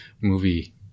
movie